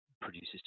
produces